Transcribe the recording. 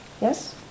Yes